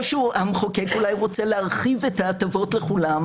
או שהמחוקק אולי רוצה להרחיב את ההטבות לכולם,